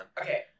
Okay